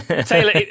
Taylor